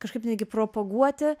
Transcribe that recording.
kažkaip netgi propaguoti